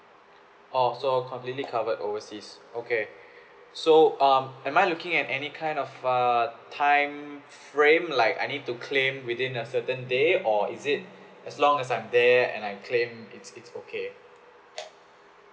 orh so completely covered overseas okay so um am I looking at any kind of err time frame like I need to claim within a certain day or is it as long as I'm there and I claim it's it's okay